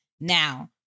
Now